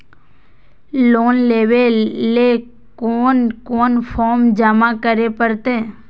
Loan लेवे ले कोन कोन फॉर्म जमा करे परते?